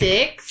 Six